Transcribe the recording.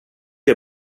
jag